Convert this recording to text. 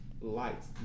Lights